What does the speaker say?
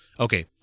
Okay